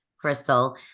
Crystal